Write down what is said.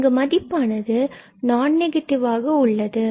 இங்கு மதிப்பானது நான் நெகட்டிவ் ஆக உள்ளது